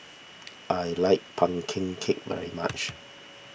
I like Pumpkin Cake very much